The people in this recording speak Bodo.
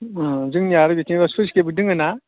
जोंनिया आरो बिथिंबो स्लुइस गेटबो दोङोना